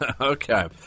Okay